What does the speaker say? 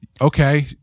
okay